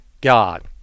God